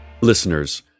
Listeners